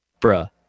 bruh